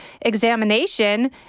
examination